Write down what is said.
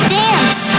dance